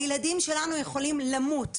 הילדים שלנו יכולים למות.